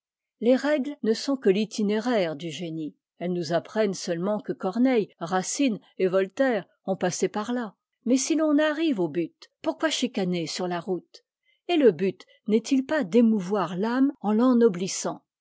les règles ne sont que l'itinéraire du génie elles nous apprennent seulement que corneille racine et voltaire ont passé par là mais si l'on arrive au but pourquoi chicaner sur la route et le but nest it pas d'émouvoir âme en